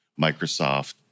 Microsoft